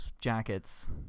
jackets